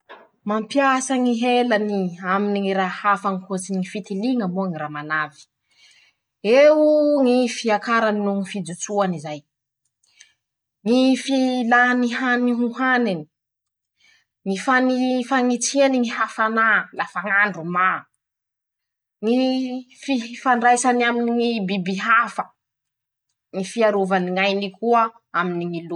<...>Mampiasa ñy helany aminy ñy raha hafa ankoatrany ñy fitiliña moa ñy ramanavy :eooo ñy fiakarany noho ñy fijotsoany zay ;<ptoa>ñy fi-lany ñy hany ho haniny ;ñy fañii fañitsiany ñy hafanà. lafa ñ'andro ro mà ;ñy fi fifandraisany aminy ñy biby hafa. ñy fiarovany ñ'ainy koa aminy ñy loza.